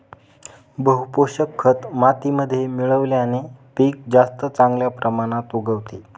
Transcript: बहू पोषक खत मातीमध्ये मिळवल्याने पीक जास्त चांगल्या प्रमाणात उगवते